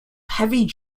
heavy